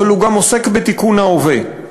אבל הוא גם עוסק בתיקון ההווה,